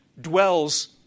dwells